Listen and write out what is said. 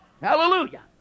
Hallelujah